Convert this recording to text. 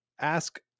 ask